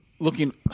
Looking